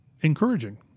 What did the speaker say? encouraging